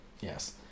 Yes